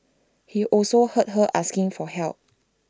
he also heard her asking for help